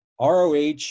ROH